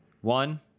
One